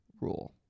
rule